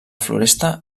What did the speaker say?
floresta